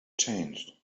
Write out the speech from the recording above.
changed